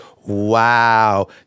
Wow